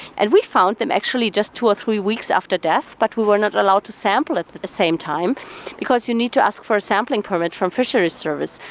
and we found them actually just two or three weeks after death but we were not allowed to sample at the same time because you need to ask for a sampling permit from fisheries service.